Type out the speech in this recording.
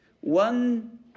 one